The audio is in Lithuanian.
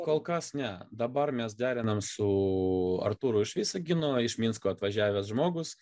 kol kas ne dabar mes deriname su artūru iš visagino iš minsko atvažiavęs žmogus